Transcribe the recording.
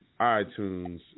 iTunes